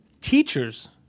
teachers